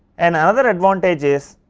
and another advantage is,